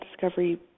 discovery